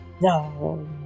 No